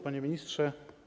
Panie Ministrze!